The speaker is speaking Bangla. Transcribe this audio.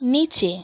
নিচে